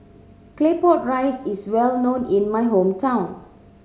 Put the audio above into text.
Claypot Rice is well known in my hometown